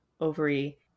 ovary